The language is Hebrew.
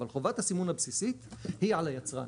אבל חובת הסימון הבסיסית היא על היצרן.